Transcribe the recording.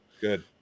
Good